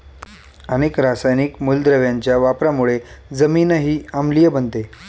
अनेक रासायनिक मूलद्रव्यांच्या वापरामुळे जमीनही आम्लीय बनते